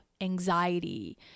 anxiety